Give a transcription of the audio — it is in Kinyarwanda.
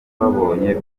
babonye